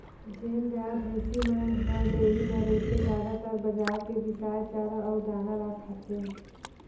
जेन गाय, भइसी मन ह डेयरी म रहिथे जादातर बजार के बिसाए चारा अउ दाना ल खाथे